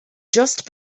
just